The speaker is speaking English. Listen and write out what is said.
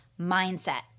mindset